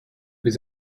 was